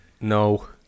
no